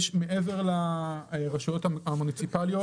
יש מעבר לרשויות המוניציפליות,